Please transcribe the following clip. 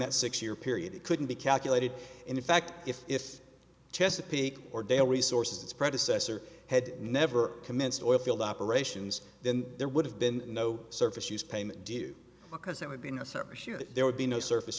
that six year period it couldn't be calculated and in fact if if chesapeake or dale resources its predecessor had never commenced oilfield operations then there would have been no surface use payment due because it would be necessary for sure that there would be no surface